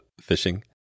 fishing